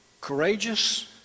courageous